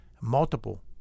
multiple